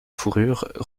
fourrures